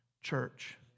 Church